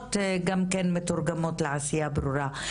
ההצהרות גם כן מתורגמות לעשייה ברורה.